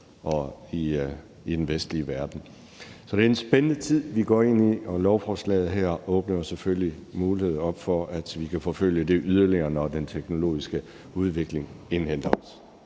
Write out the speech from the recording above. her i den vestlige verden. Så det er en spændende tid, vi går ind i, og lovforslaget her åbner jo selvfølgelig mulighed for, at vi kan forfølge det yderligere, når den teknologiske udvikling indhenter os.